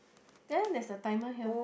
then there's a timer here